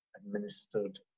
Administered